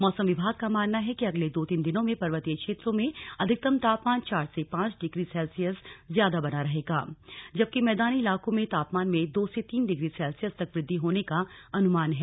मौसम विभाग का मानना है कि अगले दो तीन दिनों में पर्वतीय क्षेत्रों में अधिकतम तापमान चार से पांच डिग्री सेल्सियस ज्यादा बना रहेगा जबकि मैदानी इलाकों के तापमान में भी दो से तीन डिग्री सेल्सियस तक वृद्धि होने का अनुमान है